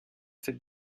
fait